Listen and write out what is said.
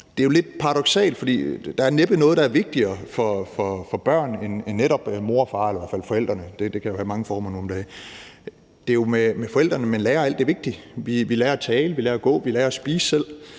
Det er jo lidt paradoksalt, for der er næppe noget, der er vigtigere for børn end netop mor og far – eller i hvert fald forældrene, det kan jo have mange former nu om dage. Det er jo med forældrene, man lærer alt det vigtige – vi lærer at tale, vi lærer at gå, vi lærer at spise selv,